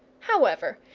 however,